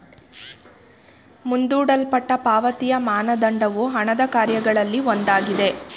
ಮುಂದೂಡಲ್ಪಟ್ಟ ಪಾವತಿಯ ಮಾನದಂಡವು ಹಣದ ಕಾರ್ಯಗಳಲ್ಲಿ ಒಂದಾಗಿದೆ